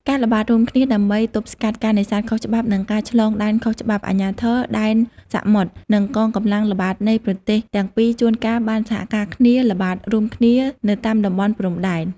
ការល្បាតរួមគ្នាដើម្បីទប់ស្កាត់ការនេសាទខុសច្បាប់ និងការឆ្លងដែនខុសច្បាប់ អាជ្ញាធរដែនសមុទ្រ និងកងកម្លាំងល្បាតនៃប្រទេសទាំងពីរជួនកាលបានសហការគ្នាល្បាតរួមគ្នានៅតាមតំបន់ព្រំដែន។